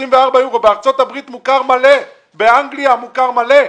בארצות הברית מוכר מלא, באנגליה מוכר מלא.